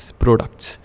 products